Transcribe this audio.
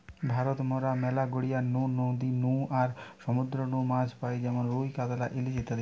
ভারত মরা ম্যালা গড়িয়ার নু, নদী নু আর সমুদ্র নু মাছ পাই যেমন রুই, কাতলা, ইলিশ ইত্যাদি